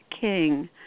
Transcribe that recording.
king